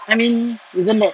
I mean isn't that